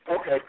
Okay